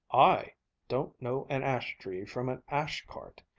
i don't know an ash-tree from an ash-cart.